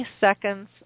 Seconds